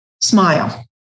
Smile